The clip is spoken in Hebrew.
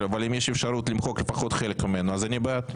אבל אם יש אפשרות למחוק לפחות חלק ממנו אני בעד.